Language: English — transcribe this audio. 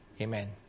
Amen